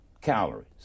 calories